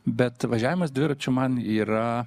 bet važiavimas dviračiu man yra